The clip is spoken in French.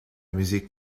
musique